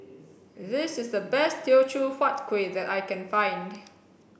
this is the best Teochew Huat Kueh that I can find